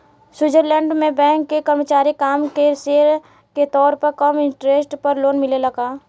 Switzerland में bank के कर्मचारी के काम के श्रेय के तौर पर कम इंटरेस्ट पर लोन मिलेला का?